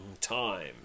time